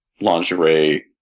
lingerie